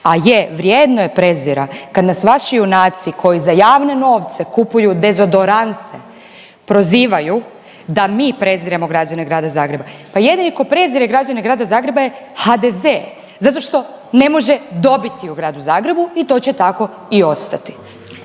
a je vrijedno je prezira kad vas vaši junaci koji za javne novce kupuju dezodoranse prozivaju da mi preziremo građane Grada Zagreba. Pa jedini ko prezire građane Grada Zagreba je HDZ zato što ne može dobiti u Gradu Zagrebu i to će tako i ostati.